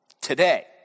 Today